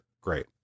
Great